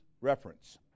Reference